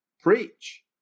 Preach